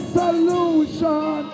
solution